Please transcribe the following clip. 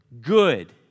good